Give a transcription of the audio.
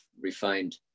refined